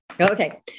Okay